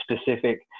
specific